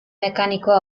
mecánico